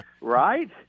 Right